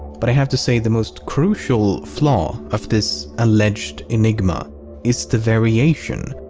but i have to say the most crucial flaw of this alleged enigma is the variation.